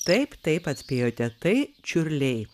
taip taip atspėjote tai čiurliai